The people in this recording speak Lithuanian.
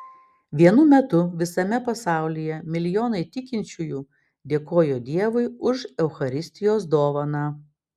vienu metu visame pasaulyje milijonai tikinčiųjų dėkojo dievui už eucharistijos dovaną